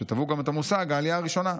שטבעו גם את המושג 'העלייה הראשונה'